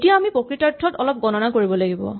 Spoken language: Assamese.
এতিয়া আমি প্ৰকৃতাৰ্থত অলপ গণনা কৰিব লাগিব